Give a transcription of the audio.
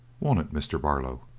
won't it, mr. barlow?